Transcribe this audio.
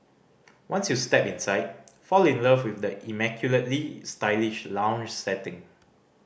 once you step inside fall in love with the immaculately stylish lounge setting